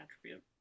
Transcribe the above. attribute